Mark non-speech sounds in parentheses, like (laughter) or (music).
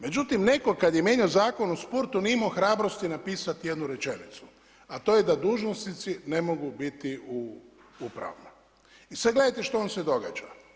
Međutim, netko kad je mijenjao zakon o sportu nije imao hrabrosti napisati jednu rečenicu a to je da dužnosnici ne mogu biti u … (unintelligible) I sad gledajte što vam se događa.